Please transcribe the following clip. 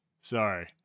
Sorry